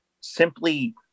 simply